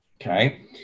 okay